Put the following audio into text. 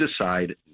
decide